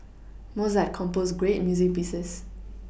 Mozart composed great music pieces